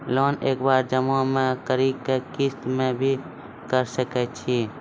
Loan एक बार जमा म करि कि किस्त मे भी करऽ सके छि?